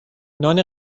نان